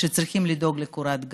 וצריכים לדאוג לקורת גג.